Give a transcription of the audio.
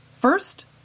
First